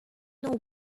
know